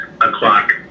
o'clock